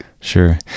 Sure